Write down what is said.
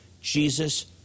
Jesus